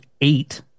eight